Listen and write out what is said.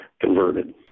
converted